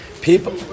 people